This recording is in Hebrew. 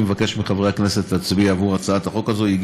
אני מבקש מחברי הכנסת להצביע עבור הצעת החוק הזאת.